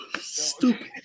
Stupid